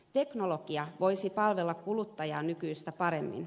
teknologia voisi palvella kuluttajaa nykyistä paremmin